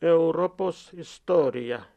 europos istorija